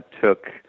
took